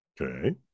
Okay